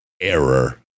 Error